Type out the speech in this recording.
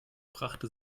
brachte